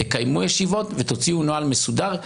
תקיימו ישיבות ותוציאו נוהל מסודר,